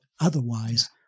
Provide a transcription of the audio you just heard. Otherwise